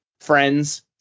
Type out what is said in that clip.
friends